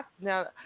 Now